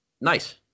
Nice